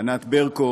ענת ברקו,